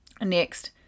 Next